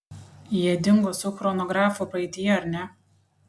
jie dingo su chronografu praeityje ar ne